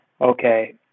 okay